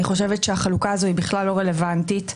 אני חושבת שהחלוקה הזאת בכלל לא רלוונטית.